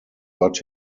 but